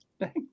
Thank